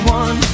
one